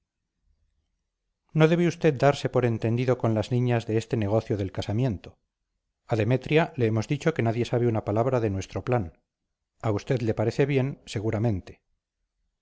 no debe usted darse por entendido con las niñas de este negocio del casamiento a demetria le hemos dicho que nadie sabe una palabra de nuestro plan a usted le parece bien seguramente